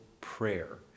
prayer